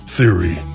Theory